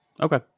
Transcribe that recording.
Okay